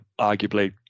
arguably